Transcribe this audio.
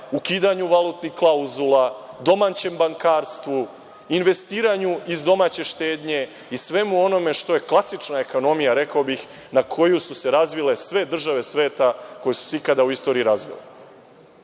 ukidanju valutnih klauzula, domaćem bankarstvu, investiranju iz domaće štednje i svemu onome što je klasična ekonomija, rekao bih, na koju su se razvile sve države sveta koje su se ikada u istoriji